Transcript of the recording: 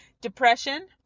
Depression